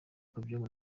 kubyo